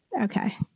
Okay